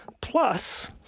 Plus